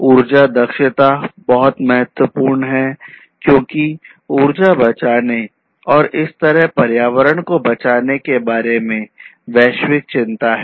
ऊर्जा दक्षता बहुत महत्वपूर्ण है क्योंकि ऊर्जा बचाने और इस तरह पर्यावरण को बचाने के बारे में वैश्विक चिंता है